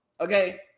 Okay